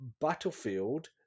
Battlefield